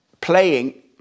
playing